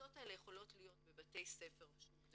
הקבוצות האלה יכולות להיות בבתי ספר שהוגדרו,